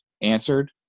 answered